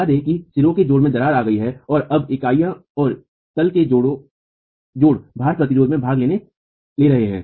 बता दें कि सिरों के जोड़ों में दरार आ गई है और अब इकाई और तल के जोड़ भार प्रतिरोध में भाग ले रहे हैं